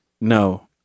no